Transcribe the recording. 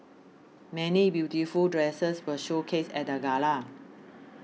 many beautiful dresses were showcased at the gala